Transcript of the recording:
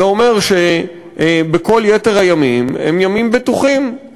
זה אומר שכל יתר הימים הם ימים בטוחים,